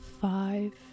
Five